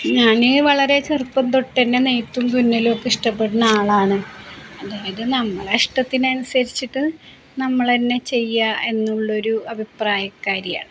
ഞാന് വളരെ ചെറുപ്പം തൊട്ടുതന്നെ നെയ്ത്തും തുന്നലും ഒക്കെ ഇഷ്ടപ്പെടുന്ന ആളാണ് അതായത് നമ്മളുടെ ഇഷ്ടത്തിനനുസരിച്ചിട്ടു നമ്മള് തന്നെ ചെയ്യുക എന്നുള്ളൊരു അഭിപ്രായക്കാരിയാണ്